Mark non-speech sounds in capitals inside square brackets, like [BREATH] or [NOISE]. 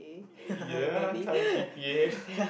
ya high G_P_A [BREATH]